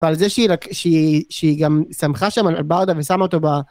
ועל זה שהיא גם שמחה שם על ברדה ושם אותו ב...